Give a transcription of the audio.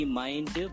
mind